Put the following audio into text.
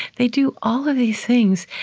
they do all of these things,